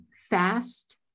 fast